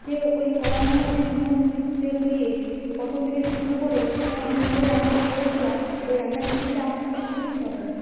যে ওই কড়ার মধ্যে নুন তেল দিয়ে প্রথম থেকে শুরু করে আমি যেভাবে রান্নাটা করেছিলাম ওই রান্নার রেসিপিটা আমার কাছে খুবই সহজ